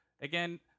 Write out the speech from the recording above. again